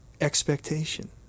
expectation